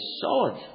solid